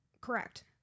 Correct